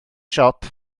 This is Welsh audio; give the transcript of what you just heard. siop